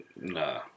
nah